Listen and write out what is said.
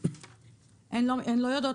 הן לא יודעות